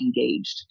engaged